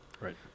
Right